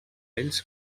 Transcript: ells